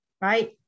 Right